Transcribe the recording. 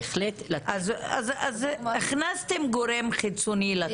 אז הכנסתם גורם חיצוני לתמונה.